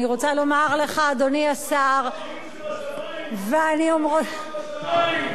אני רוצה לומר לך, אדוני השר, אוה, סוף-סוף.